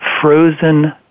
frozen